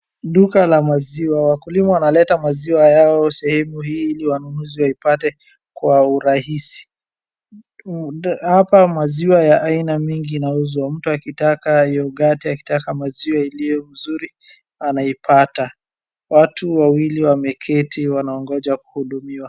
Duka la maziwa, wakulima wanaleta maziwa yao sehemu hii ili wanunuzi waipate kwa urahisi. Hapa maziwa ya aina mingi inauzwa. Mtu akitaka youghurt akitaka maziwa iliyomzuri anaipata. Watu wawili wameketi wanaongoja kuhudumiwa.